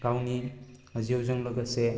गावनि जिउजों लोगोसे